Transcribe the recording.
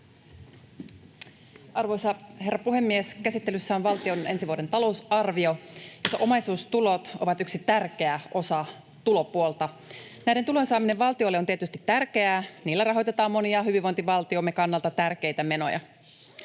Arvoisa herra puhemies! Käsittelyssä on valtion ensi vuoden talousarvio, jossa omaisuustulot ovat yksi tärkeä osa tulopuolta. Näiden tulojen saaminen valtiolle on tietysti tärkeää. Niillä rahoitetaan monia hyvinvointivaltiomme kannalta tärkeitä menoja.